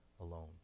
alone